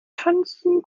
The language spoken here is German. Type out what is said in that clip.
tanzen